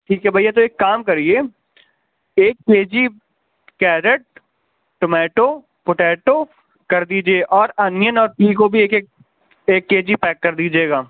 ٹھیک ہے بھیا تو ایک کام کریے ایک K G carrot tomato potato کر دیجیے اور انین اور پیگو بھی ایک ایک ایک کے جی پیک کر دیجیے گا